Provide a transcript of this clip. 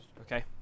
Okay